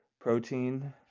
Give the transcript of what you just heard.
protein